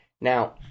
Now